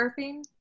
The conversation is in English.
surfing